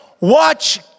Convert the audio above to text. watch